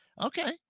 okay